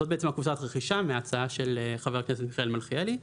זאת בעצם קבוצת הרכישה מההצעה של חבר הכנסת מיכאל מלכיאלי,